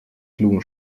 klugen